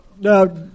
Now